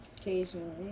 occasionally